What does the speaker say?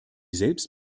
selbst